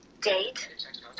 date